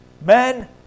Men